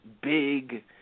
big